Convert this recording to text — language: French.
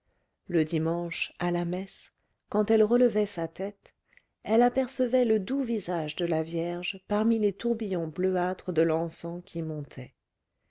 le dimanche à la messe quand elle relevait sa tête elle apercevait le doux visage de la vierge parmi les tourbillons bleuâtres de l'encens qui montait